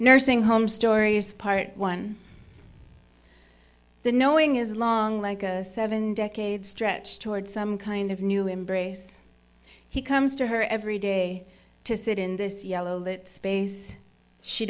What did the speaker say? nursing home stories part one the knowing is long like a seven decade stretch toward some kind of new embrace he comes to her every day to sit in this yellow that space she